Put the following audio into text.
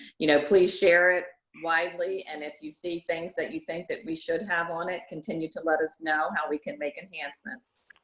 you know please share it widely, and if you see things that you think that we should have on it, continue to let us know how we can make enhancements.